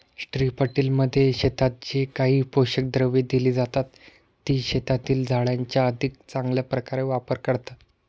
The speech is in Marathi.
स्ट्रिपटिलमध्ये शेतात जे काही पोषक द्रव्ये दिली जातात, ती शेतातील झाडांचा अधिक चांगल्या प्रकारे वापर करतात